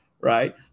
right